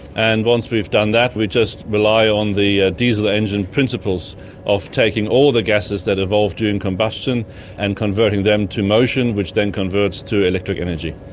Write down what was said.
and once we've done that we just rely on the ah diesel engine principles of taking all the gases that evolve during combustion and converting them to motion which then converts to electric energy.